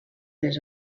les